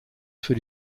für